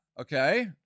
Okay